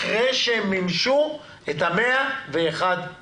אחרי שהן מימשו את ה-101.5%.